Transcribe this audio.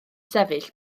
sefyll